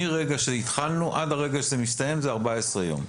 מרגע שהתחלנו עד הרגע שזה מסתיים זה 14 יום.